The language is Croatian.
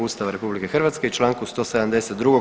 Ustava RH i čl. 172.